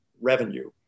revenue